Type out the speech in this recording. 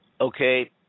Okay